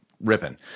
ripping